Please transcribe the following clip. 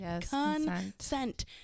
Consent